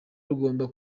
rugomba